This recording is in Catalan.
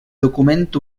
document